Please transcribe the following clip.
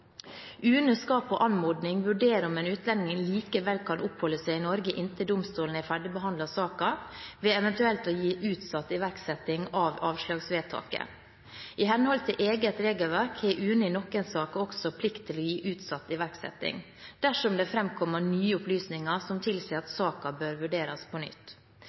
UNE skal på anmodning vurdere om en utlending likevel kan oppholde seg i Norge inntil domstolen har ferdigbehandlet saken ved eventuelt å gi utsatt iverksetting av avslagsvedtaket. I henhold til eget regelverk har UNE i noen saker også plikt til å gi utsatt iverksetting dersom det framkommer nye opplysninger som tilsier at saken bør vurderes på nytt.